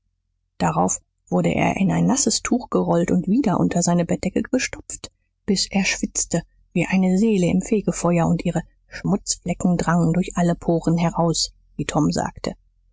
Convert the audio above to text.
darauf wurde er in ein nasses tuch gerollt und wieder unter seine bettdecke gestopft bis er schwitzte wie eine seele im fegfeuer und ihre schmutzflecken drangen durch alle poren heraus wie tom sagte